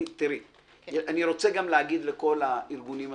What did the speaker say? אני רוצה גם להגיד לכל הארגונים הסביבתיים,